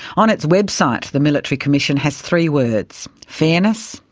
on its website the military commission has three words fairness,